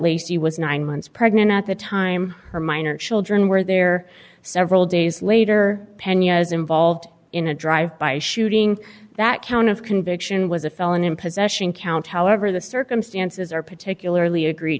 least he was nine months pregnant at the time her minor children were there several days later penya is involved in a drive by shooting that count of conviction was a felon in possession count however the circumstances are particularly egre